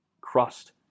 crust